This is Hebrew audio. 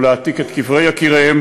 או נדרשו להעתיק את קברי יקיריהם,